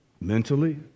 mentally